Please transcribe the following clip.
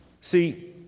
See